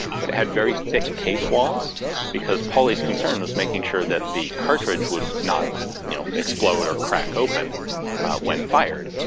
but it had very thick case walls because pauly's concern was making sure that the cartridge would not, you know, explode or crack open when fired.